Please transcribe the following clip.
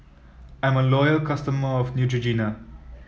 I'm a loyal customer of Neutrogena